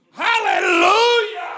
Hallelujah